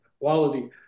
quality